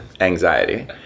anxiety